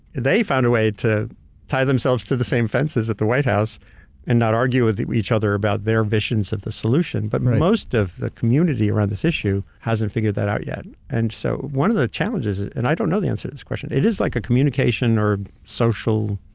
they found a way to tie themselves to the same fences at the white house and not argue with each other about their visions of the solution, but most of the community around this issue hasn't figured that out yet. and so, one of the challenges, and i don't know the answer to this question, it is like a communication or social